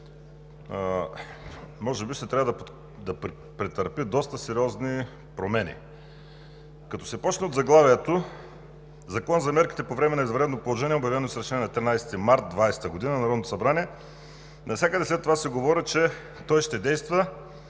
може би трябва да претърпи доста сериозни промени, като се започне от заглавието – „Закон за мерките по време на извънредно положение, обявено с Решение на 13 март 2020 г. на Народното събрание“. Навсякъде след това се говори, че тези промени ще действат